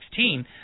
2016